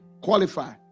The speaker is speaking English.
qualify